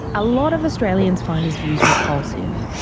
a lot of australians find his views repulsive.